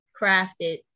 crafted